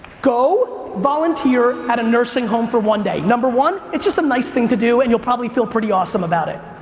go volunteer at a nursing home for one day. number one, it's just a nice thing to do, and you'll probably feel pretty awesome about it.